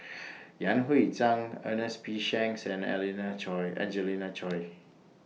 Yan Hui Chang Ernest P Shanks and Elena Choy Angelina Choy